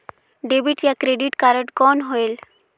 Debit या credit card कौन होएल?